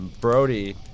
Brody